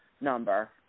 number